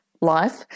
life